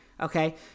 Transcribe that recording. Okay